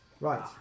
Right